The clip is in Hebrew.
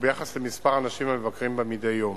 וביחס למספר האנשים המבקרים בה מדי יום.